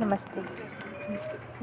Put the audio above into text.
नमस्ते